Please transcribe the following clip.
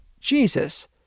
Jesus